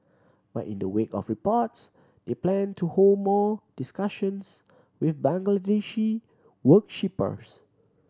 but in the wake of the reports they plan to hold more discussions with Bangladeshi worshippers